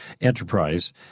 enterprise